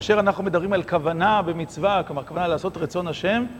כאשר אנחנו מדברים על כוונה במצווה, כלומר, כוונה לעשות רצון השם,